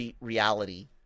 reality